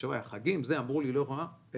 כשהיו חגים הארכנו.